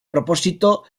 propósito